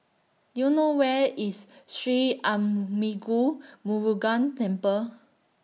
Do YOU know Where IS Sri Arulmigu Murugan Temple